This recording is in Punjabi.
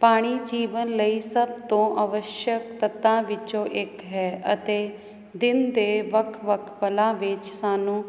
ਪਾਣੀ ਜੀਵਨ ਲਈ ਸਭ ਤੋਂ ਅਵਸ਼ਕ ਤੱਤਾਂ ਵਿੱਚੋਂ ਇੱਕ ਹੈ ਅਤੇ ਦਿਨ ਦੇ ਵੱਖ ਵੱਖ ਪਲਾਂ ਵਿੱਚ ਸਾਨੂੰ